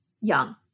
young